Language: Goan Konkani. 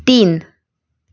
तीन